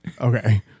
okay